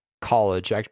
college